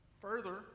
Further